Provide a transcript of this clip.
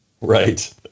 Right